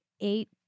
eight